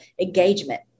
engagement